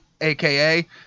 aka